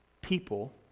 people